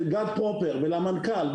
למנכ"ל,